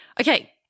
Okay